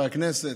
הכנסת,